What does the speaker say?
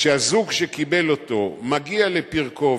כשהזוג שקיבל אותו מגיע לפרקו,